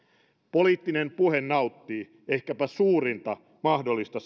poliittinen puhe nauttii ehkäpä suurinta mahdollista